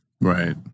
Right